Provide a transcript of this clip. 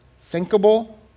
thinkable